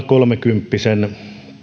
kolmekymppisen